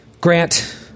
Grant